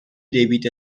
debiti